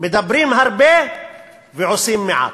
מדברים הרבה ועושים מעט.